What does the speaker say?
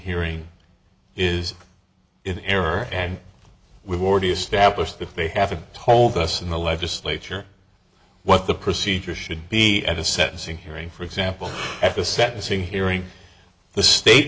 hearing is in error and we've already established that they haven't told us in the legislature what the procedure should be at the sentencing hearing for example at the sentencing hearing the state